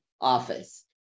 office